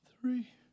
three